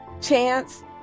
chance